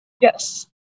Yes